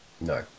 No